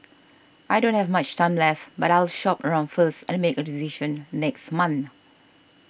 I don't have much time left but I'll shop around first and make a decision next month